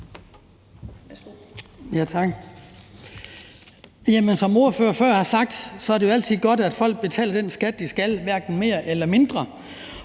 Som ordførere før har sagt, er det altid godt, at folk betaler den skat, de skal, hverken mere eller mindre.